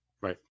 right